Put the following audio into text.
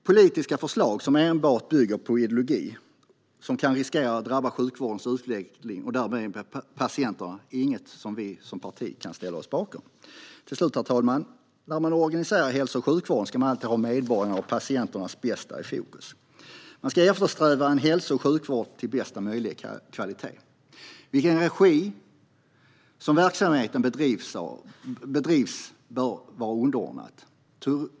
Politiska förslag som enbart bygger på ideologi och riskerar att drabba sjukvårdens utveckling och därmed patienterna är inget som vi som parti kan ställa oss bakom. Herr talman! När man organiserar hälso och sjukvården ska man alltid ha medborgarnas och patienternas bästa i fokus. Man ska eftersträva en hälso och sjukvård med bästa möjliga kvalitet. I vilken regi verksamheten bedrivs bör vara underordnat.